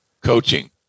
coaching